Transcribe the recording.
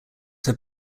have